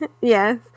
Yes